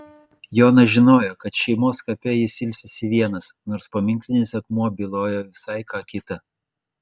jonas žinojo kad šeimos kape jis ilsisi vienas nors paminklinis akmuo byloja visai ką kita